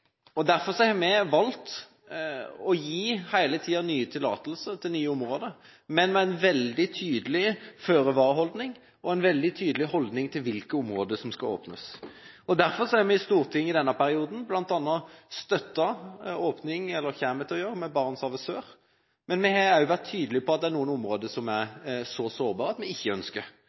og derfor har vi valgt å gi nye tillatelser hele tiden til nye områder, men med veldig tydelig føre-var-holdning og en veldig tydelig holdning til hvilke områder som skal åpnes. Derfor kommer vi til å støtte bl.a. åpning av Barentshavet Sør. Men vi har også vært tydelige på at det er noen områder som er så sårbare at vi ikke ønsker